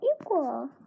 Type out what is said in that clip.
equal